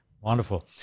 Wonderful